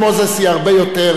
אם אנחנו גם מחלקים את זה וגם,